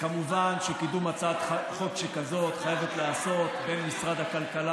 כמובן שקידום הצעת חוק שכזאת חייב להיעשות במשרד הכלכלה,